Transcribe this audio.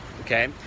Okay